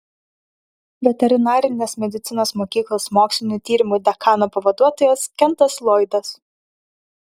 veterinarinės medicinos mokyklos mokslinių tyrimų dekano pavaduotojas kentas loydas